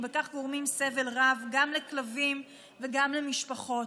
ובכך גורמים סבל רב גם לכלבים וגם למשפחות.